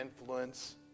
influence